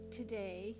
today